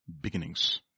beginnings